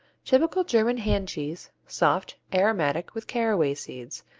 typical german hand cheese, soft aromatic with caraway seeds,